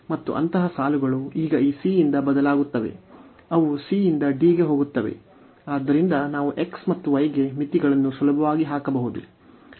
ಮತ್ತು ಅಂತಹ ಸಾಲುಗಳು ಈಗ ಈ c ಯಿಂದ ಬದಲಾಗುತ್ತವೆ ಅವು c ಯಿಂದ d ಗೆ ಹೋಗುತ್ತವೆ ಆದ್ದರಿಂದ ನಾವು x ಮತ್ತು y ಗೆ ಮಿತಿಗಳನ್ನು ಸುಲಭವಾಗಿ ಹಾಕಬಹುದು